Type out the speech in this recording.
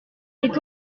est